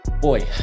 Boy